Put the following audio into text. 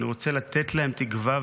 ואני רוצה לתת להם תקווה,